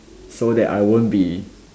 so that I won't be